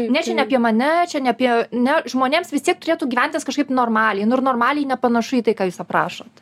ne čia ne apie mane čia ne apie ne žmonėms vis tiek turėtų gyventis kažkaip normaliai nu normaliai nepanašu į tai ką jūs aprašot